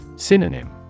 Synonym